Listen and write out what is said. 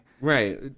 Right